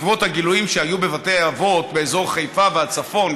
בעקבות הגילויים שהיו בבתי אבות באזור חיפה והצפון,